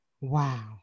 Wow